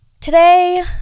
today